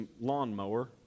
lawnmower